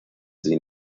sie